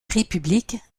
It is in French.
république